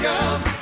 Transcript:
Girls